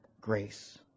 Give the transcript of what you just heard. Grace